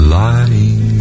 lying